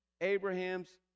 Abraham's